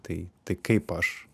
tai tai kaip aš